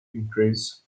increase